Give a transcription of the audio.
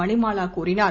மணிமாலா கூறினார்